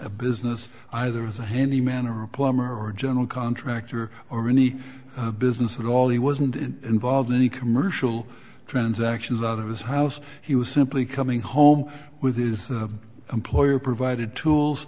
a business either the handyman or a plumber or general contractor or any business at all he wasn't involved in any commercial transaction love it was house he was simply coming home with his employer provided tools